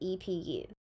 EPU